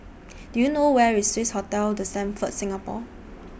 Do YOU know Where IS Swissotel The Stamford Singapore